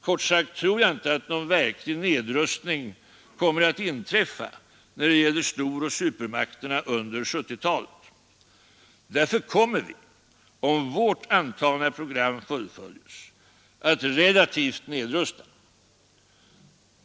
Kort sagt tror jag inte att någon verklig nedrustning kommer att inträffa när det gäller storoch supermakterna under 1970-talet. Därför kommer vi, om vårt antagna program fullföljes, att relativt nedrusta.